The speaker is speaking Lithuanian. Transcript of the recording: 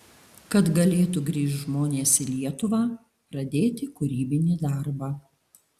kad galėtų grįžt žmonės į lietuvą pradėti kūrybinį darbą